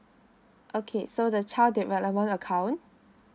okay so the child development account